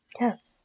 Yes